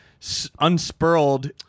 unspurled